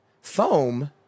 foam